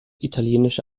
italienische